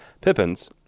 Pippins